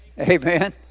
Amen